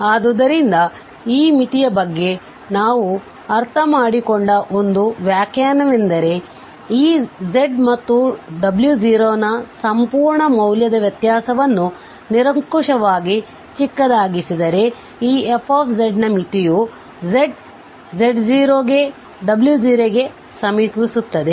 ಆದ್ದರಿಂದ ಈ ಮಿತಿಯ ಬಗ್ಗೆ ನಾವು ಅರ್ಥಮಾಡಿಕೊಂಡ ಒಂದು ವ್ಯಾಖ್ಯಾನವೆಂದರೆ ಈ z ಮತ್ತು w0 ನ ಸಂಪೂರ್ಣ ಮೌಲ್ಯದ ವ್ಯತ್ಯಾಸವನ್ನು ನಿರಂಕುಶವಾಗಿ ಚಿಕ್ಕದಾಗಿಸಿದರೆ ಈ f ನ ಮಿತಿಯು z z0 ಗೆ w0 ಗೆ ಸಮೀಪಿಸುತ್ತದೆ